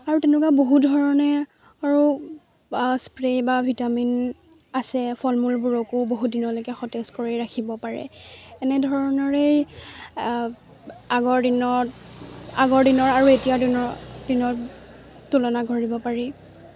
আৰু তেনেকুৱা বহু ধৰণে আৰু আ স্প্ৰে' বা ভিটামিন আছে ফল মূলবোৰকো বহুত দিনলৈকে সতেজ কৰি ৰাখিব পাৰে এনেধৰণৰেই আগৰ দিনত আগৰ দিনৰ আৰু এতিয়া দিনৰ দিনত তুলনা কৰিব পাৰি